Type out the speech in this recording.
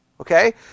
okay